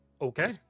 Okay